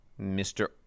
Mr